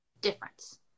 difference